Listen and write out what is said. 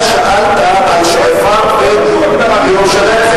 אתה שאלת על שועפאט וירושלים,